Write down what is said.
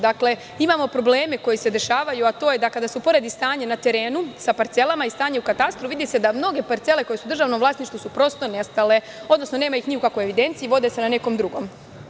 Dakle, imamo probleme koji se dešavaju, a to je da, kada se uporedi stanje na terenu sa parcelama i stanje u katastru, vidi se da mnoge parcele koje su u državnom vlasništvu, prosto su nestale, nema ih ni u kakvoj evidenciji, vode se negde drugde.